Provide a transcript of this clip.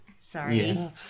Sorry